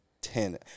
ten